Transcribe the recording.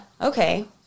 okay